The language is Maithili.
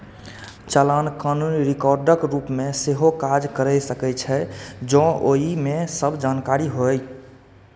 चालान कानूनी रिकॉर्डक रूप मे सेहो काज कैर सकै छै, जौं ओइ मे सब जानकारी होय